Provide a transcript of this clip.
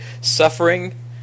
suffering